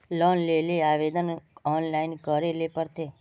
Loan लेले आवेदन online करे ले पड़ते?